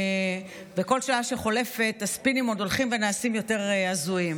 ובכל שעה שחולפת הספינים עוד הולכים ונעשים יותר הזויים.